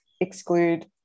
exclude